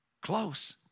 close